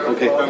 Okay